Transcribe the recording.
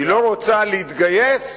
היא לא רוצה להתגייס,